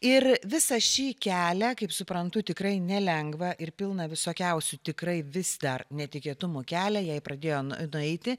ir visą šį kelią kaip suprantu tikrai nelengvą ir pilną visokiausių tikrai vis dar netikėtumų kelią jai pradėjo nueiti